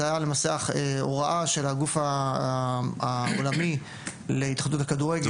היה למעשה הוראה של הגוף העולמי להתאחדות הכדורגל.